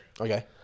Okay